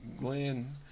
Glenn